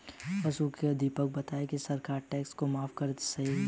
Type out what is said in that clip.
अंशु ने दीपक को बताया कि सरकार टैक्स को माफ कर रही है